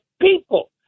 people